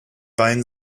wein